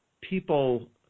people